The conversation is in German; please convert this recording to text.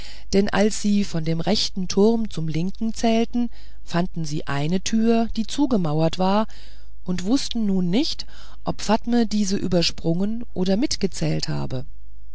denn als sie von dem rechten turm zum linken zählten fanden sie eine türe die zugemauert war und wußten nun nicht ob fatme diese übersprungen oder mitgezählt habe